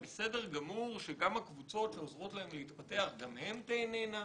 זה בסדר גמור שגם הקבוצות שעוזרות להם להתפתח גם הן תיהנינה,